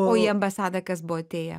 o į ambasadą kas buvo atėję